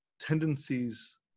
tendencies